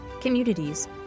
communities